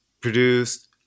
produced